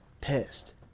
pissed